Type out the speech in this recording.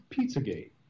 Pizzagate